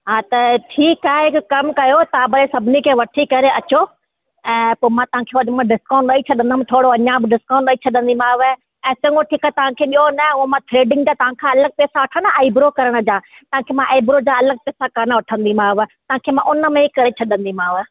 हा त ठीक आहे हिकु कम कयो तव्हां भाई सभिनी खे वठी करे अचो ऐं पोइ मां तव्हांखे वधि में वधि डिस्काउंट छॾंदमि थोरो अञा बि डिस्काउंट ॾेई छॾंदीमांव ऐं चङो ठीकु आहे तव्हांखे ॿियो न उहो मां थेडिंग जा तव्हांखां अलॻि पैसा वठंदा आइब्रो करण जा तव्हांखे मां आइब्रो जा अलॻि पैसा कोन्ह वठंदीमांव तव्हांखे उनमें ई करे छॾंदीमाव